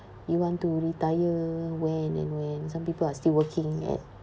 you want to retire when and when some people are still working at